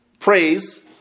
Praise